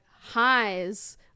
highs